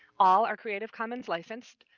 all are creative-commons licensed,